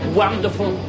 wonderful